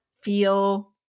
feel